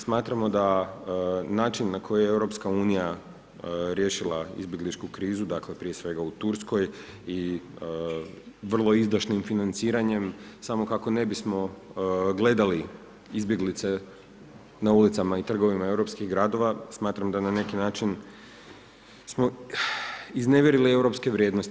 Smatramo da način na koji EU, riješila izbjegličku krizu, dakle, prije svega u Turskoj i vrlo izdašnim financiranjem, samo kako ne bismo gledali izbjeglice na ulicama i trgovima europskih gradova, smatram da na neki način, smo iznevjerili europske vrijednosti.